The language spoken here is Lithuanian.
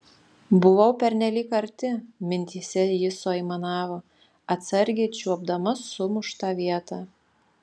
buvau pernelyg arti mintyse ji suaimanavo atsargiai čiuopdama sumuštą vietą